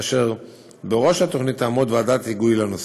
כאשר בראש התוכנית תעמוד ועדת היגוי לנושא.